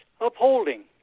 upholding